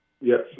yes